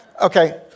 Okay